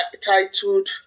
titled